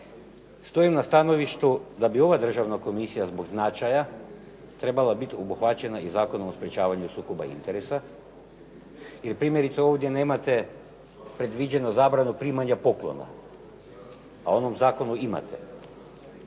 Stojim na stanovištu da bi ova državna komisija zbog značaja trebala biti obuhvaćena i Zakonom o sprečavanju sukoba interesa, jer primjerice ovdje nemate predviđeno zabranu primanja poklona, a u onom zakonu imate,